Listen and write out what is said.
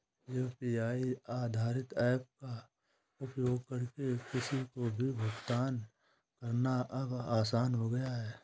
UPI आधारित apps का उपयोग करके किसी को भी भुगतान करना अब आसान हो गया है